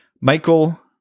Michael